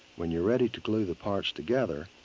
when you're ready to glue the parts together,